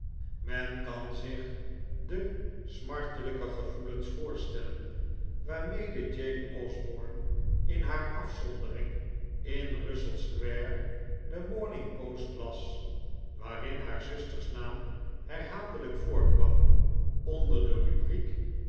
men kan zich de smartelijke gevoelens voorstellen waarmede jane osborne in haar afzondering in russell square de morning post las waarin haar zusters naam herhaaldelijk voorkwam onder de rubriek